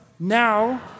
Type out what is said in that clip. Now